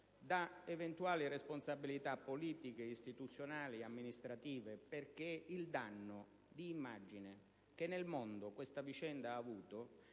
da eventuali responsabilità politiche, istituzionali e amministrative, perché il danno di immagine che nel mondo questa vicenda ha